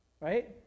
right